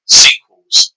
sequels